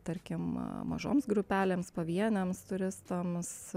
tarkim mažoms grupelėms pavieniams turistams